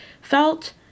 felt